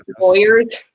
lawyers